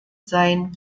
sein